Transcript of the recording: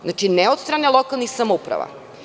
Znači, ne od strane lokalnih samouprava.